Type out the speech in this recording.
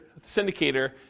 syndicator